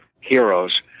heroes